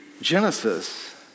Genesis